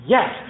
Yes